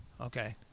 Okay